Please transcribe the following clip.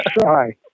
try